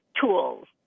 tools